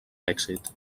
èxit